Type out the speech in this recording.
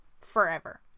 Forever